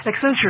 Accenture